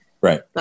Right